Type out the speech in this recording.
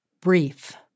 brief